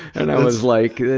and i was like,